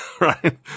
right